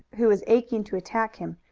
who was aching to attack him,